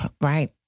right